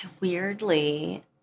Weirdly